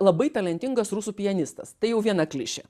labai talentingas rusų pianistas tai jau viena klišė